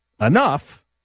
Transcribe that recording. enough